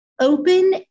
open